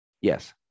Yes